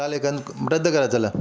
चाले कन् रद्द करा चला